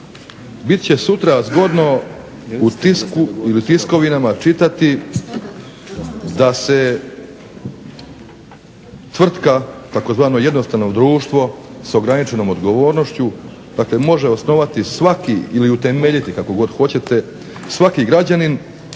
bit će sutra zgodno u tisku ili u tiskovinama čitati da se tvrtka tzv. jednostavno društvo s ograničenom odgovornošću dakle može osnovati svaki ili utemeljiti kako god hoćete svaki građanin